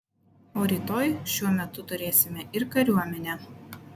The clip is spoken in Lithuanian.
o rytoj šiuo metu turėsime ir kariuomenę